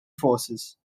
forces